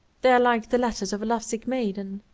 they are like the letters of a love-sick maiden.